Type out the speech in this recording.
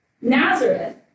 Nazareth